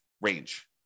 range